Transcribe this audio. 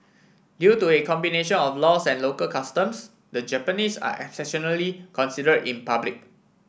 due to a combination of laws and local customs the Japanese are exceptionally consider in public